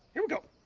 here we go.